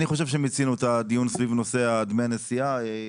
אני חושב שמיצינו את הדיון סביב נושא דמי הנסיעה.